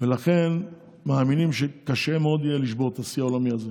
ולכן מאמינים שקשה מאוד יהיה לשבור את השיא עולמי הזה,